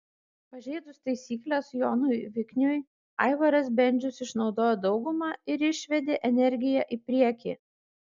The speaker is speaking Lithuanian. pažeidus taisykles jonui vikniui aivaras bendžius išnaudojo daugumą ir išvedė energiją į priekį